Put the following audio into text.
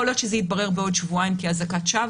יכול להיות שיתברר בעוד שבועיים שזו אזעקת שווא,